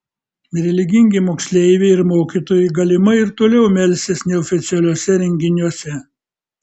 religingi moksleiviai ir mokytojai galimai ir toliau melsis neoficialiuose renginiuose